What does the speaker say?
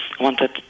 wanted